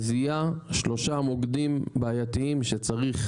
זיהה שלושה מוקדים בעייתיים שצריך